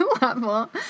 level